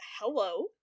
hello